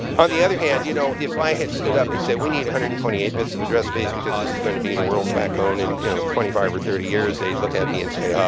on the other hand, you know, if i had stood up and said we need one hundred and twenty eight bits of address space because this is going to be the world's backbone in you know twenty five or thirty years, they'd look at me and say,